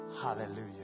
Hallelujah